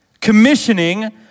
commissioning